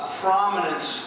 prominence